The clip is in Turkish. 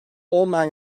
olmayan